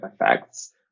effects